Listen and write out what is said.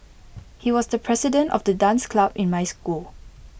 he was the president of the dance club in my school